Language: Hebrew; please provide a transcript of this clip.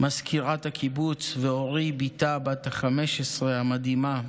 מזכירת הקיבוץ, ואורי, בתה בת ה-15, המדהימה.